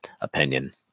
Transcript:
opinion